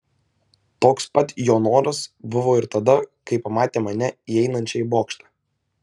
toks pat jo noras buvo ir tada kai pamatė mane įeinančią į bokštą